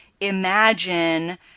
imagine